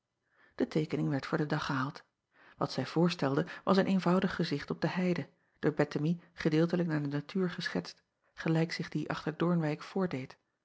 e teekening werd voor den dag gehaald at zij voorstelde was een eenvoudig gezicht op de heide door ettemie gedeeltelijk naar de natuur geschetst gelijk zich die achter oornwijck voordeed